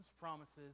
promises